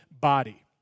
body